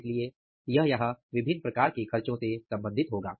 इसलिए यह यहाँ विभिन्न प्रकार के खर्चों से सम्बंधित होगा